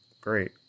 great